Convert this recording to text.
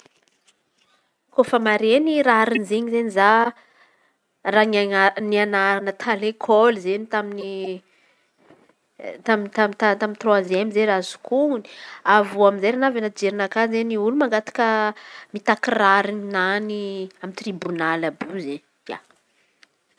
Kôfa maren̈y rarin̈y izen̈y izen̈y za raha nia- nian̈arana ta lekôly izen̈y tamy tamy tamy troaziemy izen̈y raha azoko onon̈y. Avy eo amizay raha navy anaty fijerinakà olo mangataka mitaky rarin̈y amy tribonaly àby io izen̈y ia!